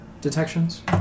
detections